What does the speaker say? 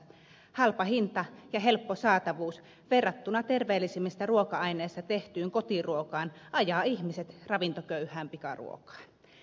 halpa hinta ja helppo saatavuus verrattuna terveellisemmistä ruoka aineista tehtyyn kotiruokaan ajaa ihmiset ravintoköyhään pikaruokaan